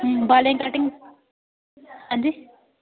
बालें काटिंग हां जी